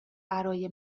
برای